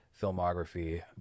filmography